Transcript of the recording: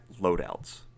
loadouts